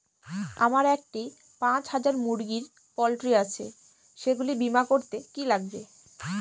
আমার একটি পাঁচ হাজার মুরগির পোলট্রি আছে সেগুলি বীমা করতে কি লাগবে?